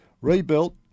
rebuilt